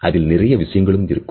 அதில் நிறைய விஷயங்களும் இருக்கும்